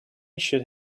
should